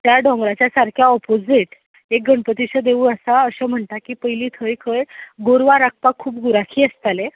त्या डोंगराच्या सारकें ऑपोजीट एक गणपतीचें देवूळ आसा अशें म्हणटात की पयलीं थंय खंय गोरवांक राखपाक खूब गुराखी आसतालें